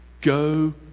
Go